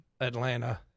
Atlanta